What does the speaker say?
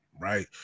right